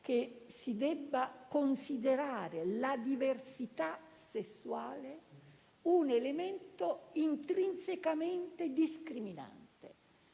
dover considerare la diversità sessuale come un elemento intrinsecamente discriminante.